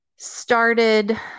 Started